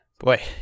Boy